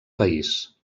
país